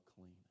clean